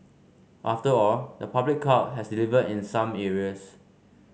after all the public cloud has delivered in some areas